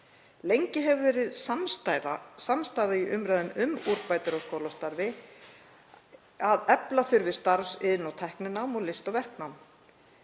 Lengi hefur verið samstaða í umræðum um úrbætur á skólastarfi um að efla þurfi starfs-, iðn- og tækninám og list- og verknám.